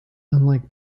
unlike